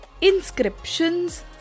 Inscriptions